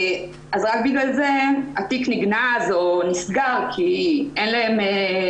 רק בגלל זה התיק נגנז או נסגר כי ידיהם